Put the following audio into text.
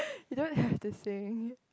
you don't have to think